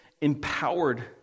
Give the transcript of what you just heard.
empowered